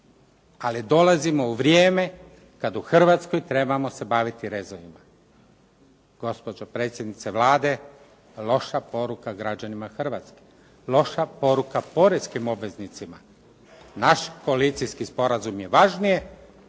Ali dolazimo u vrijeme kad u Hrvatskoj trebamo se baviti rezovima. Gospođo predsjednice Vlade, loša poruka građanima Hrvatske. Loša poruka poreznim obveznicima, naš koalicijski sporazum je važniji,